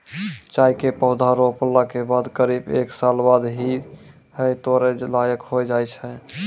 चाय के पौधा रोपला के बाद करीब एक साल बाद ही है तोड़ै लायक होय जाय छै